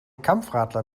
kampfradler